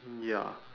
ya